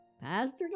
Pastor